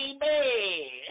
baby